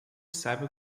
saiba